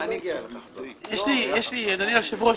אדוני היושב-ראש,